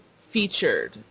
featured